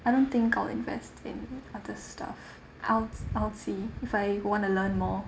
I don't think I'll invest in other stuff I'll I'll see if I want to learn more